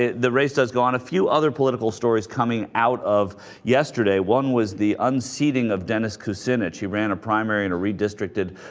ah the race is gone a few other political stories coming out of yesterday one was the unseating of dennis kucinich who ran a primary and redistricted